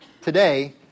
today